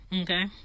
Okay